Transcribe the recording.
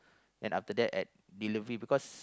then after that at delivery because